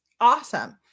Awesome